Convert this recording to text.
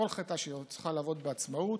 כל חטאה שהיא מצליחה לעבוד בעצמאות.